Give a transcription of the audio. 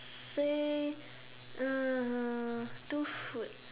say uh two food